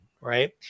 right